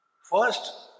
First